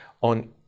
on